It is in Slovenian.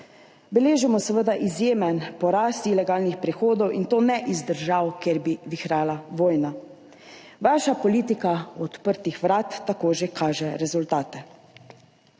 Beležimo seveda izjemen porast ilegalnih prehodov, in to ne iz držav, kjer bi vihrala vojna. Vaša politika odprtih vrat tako že kaže rezultate.